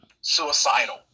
suicidal